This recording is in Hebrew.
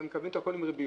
הם מקבלים הכל עם ריביות.